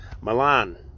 Milan